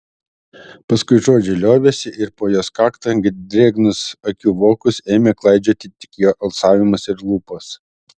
paskui žodžiai liovėsi ir po jos kaktą drėgnus akių vokus ėmė klaidžioti tik jo alsavimas ir lūpos